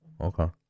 okay